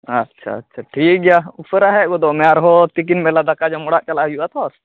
ᱟᱪᱪᱷᱟ ᱟᱪᱪᱷᱟ ᱴᱷᱤᱠ ᱜᱮᱭᱟ ᱩᱥᱟᱹᱨᱟ ᱦᱮᱡ ᱜᱚᱫᱚᱜ ᱢᱮ ᱟᱨᱦᱚᱸ ᱛᱤᱠᱤᱱ ᱵᱮᱞᱟ ᱫᱟᱠᱟ ᱡᱚᱢ ᱚᱲᱟᱜ ᱪᱟᱞᱟᱜ ᱦᱩᱭᱩᱜᱼᱟ ᱛᱚ